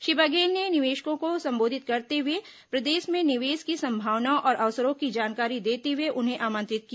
श्री बघेल ने निवेशकों को संबोधित करते हुये प्रदेश में निवेश की संभावनाओं और अवसरों की जानकारी देते हुये उन्हें आमंत्रित किया